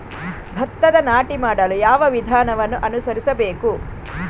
ಭತ್ತದ ನಾಟಿ ಮಾಡಲು ಯಾವ ವಿಧಾನವನ್ನು ಅನುಸರಿಸಬೇಕು?